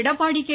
Edappadi K